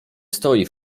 stoi